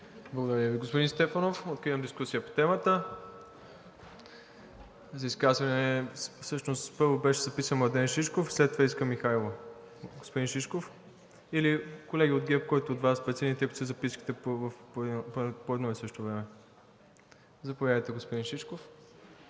Благодаря Ви, господин Стефанов. Откривам дискусия по темата. За изказване – всъщност първо беше записан Младен Шишков, след това Искра Михайлова. Господин Шишков. Или, колеги от ГЕРБ, който от Вас прецените, ако сте се записали по едно и също време. Заповядайте, господин Шишков.